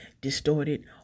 distorted